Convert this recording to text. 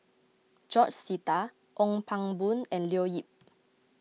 George Sita Ong Pang Boon and Leo Yip